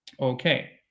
Okay